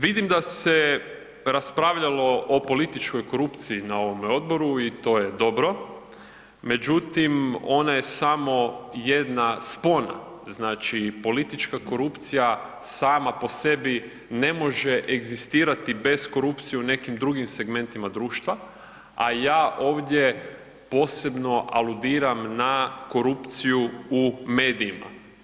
Vidim da se raspravljalo o političkoj korupciji na ovome odboru i to je dobro, međutim, ona je samo jedna spona, znači politička korupcija sama po sebi ne može egzistirati bez korupcije u nekim drugim segmentima društva, a ja ovdje posebno aludiram na korupciju u medijima.